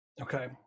Okay